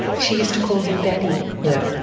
she used to call him daddy. yeah